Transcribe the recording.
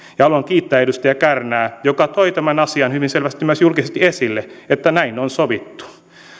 haluan kiittää edustaja kärnää joka toi tämän asian hyvin selvästi myös julkisesti esille että näin on sovittu